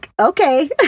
okay